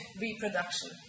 reproduction